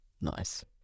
Nice